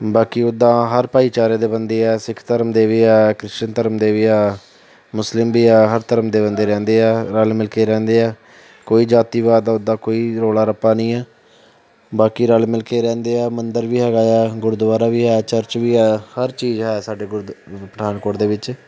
ਬਾਕੀ ਉੱਦਾਂ ਹਰ ਭਾਈਚਾਰੇ ਦੇ ਬੰਦੇ ਆ ਸਿੱਖ ਧਰਮ ਦੇ ਵੀ ਆ ਕ੍ਰਿਸਚਨ ਧਰਮ ਦੇ ਵੀ ਆ ਮੁਸਲਿਮ ਵੀ ਆ ਹਰ ਧਰਮ ਦੇ ਬੰਦੇ ਰਹਿੰਦੇ ਆ ਰਲ ਮਿਲ ਕੇ ਰਹਿੰਦੇ ਆ ਕੋਈ ਜਾਤੀਵਾਦ ਦਾ ਉੱਦਾਂ ਰੌਲਾ ਰੱਪਾ ਨਹੀਂ ਹੈ ਬਾਕੀ ਰਲ ਮਿਲ ਕੇ ਰਹਿੰਦੇ ਆ ਮੰਦਰ ਵੀ ਹੈਗਾ ਆ ਗੁਰਦੁਆਰਾ ਵੀ ਹੈ ਚਰਚ ਵੀ ਹੈ ਹਰ ਚੀਜ਼ ਹੈ ਸਾਡੇ ਗੁਰਦ ਪਠਾਨਕੋਟ ਦੇ ਵਿੱਚ